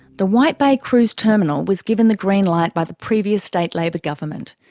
the white bay cruise terminal was given the green light by the previous state labor government.